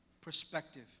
perspective